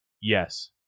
Yes